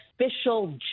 official